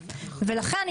לכן,